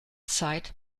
zeit